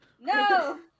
No